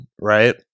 right